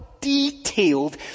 detailed